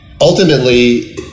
ultimately